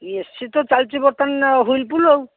ଏ C ତ ଚାଲିଛି ବର୍ତ୍ତମାନ ୱିର୍ଲପୁଲ୍